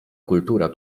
kultura